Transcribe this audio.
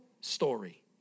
story